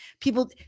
People